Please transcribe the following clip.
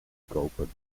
kopen